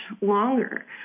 longer